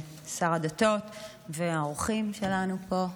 שר הדתות והאורחים שלנו פה,